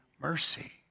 mercy